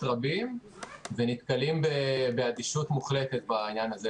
רבים ונתקלים באדישות מוחלטת בעניין הזה,